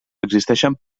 existeixen